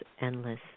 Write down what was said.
endless